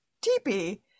teepee